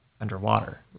underwater